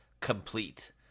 complete